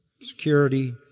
security